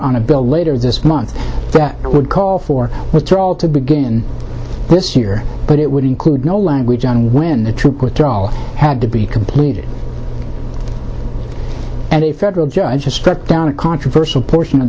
on a bill later this month that would call for withdrawal to begin this year but it would include no language on when the troop withdrawal had to be completed and a federal judge has struck down a controversial portion